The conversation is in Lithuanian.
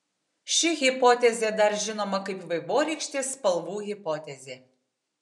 ši hipotezė dar žinoma kaip vaivorykštės spalvų hipotezė